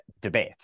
debate